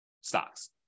stocks